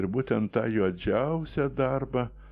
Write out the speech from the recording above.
ir būtent tą juodžiausią darbą